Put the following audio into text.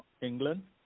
England